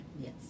yes